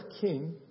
king